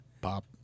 Pop